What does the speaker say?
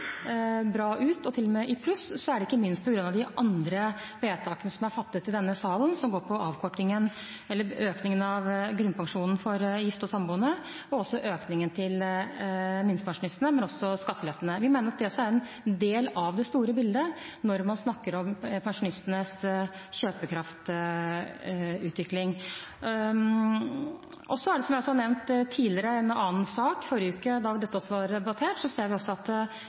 bra ut, og til og med i pluss, er det ikke minst på grunn av de andre vedtakene som er fattet i denne salen, som går på økningen av grunnpensjonen for gifte og samboende, og også økningen til minstepensjonistene, men også skattelettene. Vi mener at det også er en del av det store bildet når man snakker om pensjonistenes kjøpekraftsutvikling. Som jeg har nevnt tidligere, i en annen sak i forrige uke da dette ble debattert, ser vi også at